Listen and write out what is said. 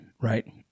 right